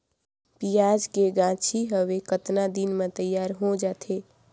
पियाज के गाछी हवे कतना दिन म तैयार हों जा थे?